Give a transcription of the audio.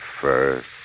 first